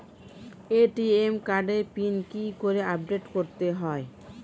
ATM কার্ডের PIN কি করে আপডেট করতে হয়?